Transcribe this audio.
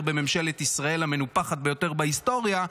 בממשלת ישראל המנופחת ביותר בהיסטוריה.